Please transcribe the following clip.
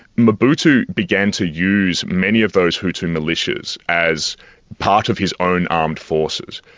mobutu began to use many of those hutu militias as part of his own armed forces,